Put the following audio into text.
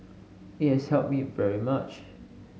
it has helped me very much